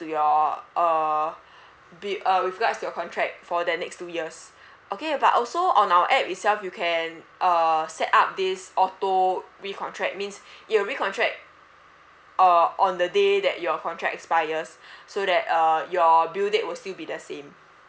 to your uh bi~ uh with regards to your contract for the next two years okay but also on our app itself you can uh set up this auto recontract means it'll recontract uh on the day that your contract expires so that uh your bill date will still be the same